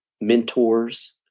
mentors